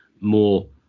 more